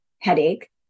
headache